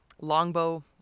longbow